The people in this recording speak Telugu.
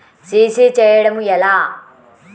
సి.సి చేయడము ఎలా?